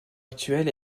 actuel